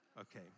Okay